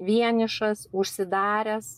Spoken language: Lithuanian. vienišas užsidaręs